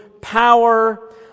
power